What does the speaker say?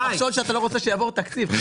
אנחנו נחשוב שאתה לא רוצה שיעבור תקציב,